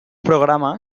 programa